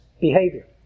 behavior